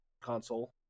console